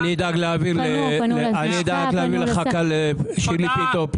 אני אדאג להעביר תשובה ישירה לשירלי פינטו.